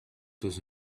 those